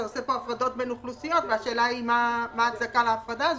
אתה עושה פה הפרדה בין אוכלוסיות והשאלה היא מה ההצדקה להפרדה הזאת.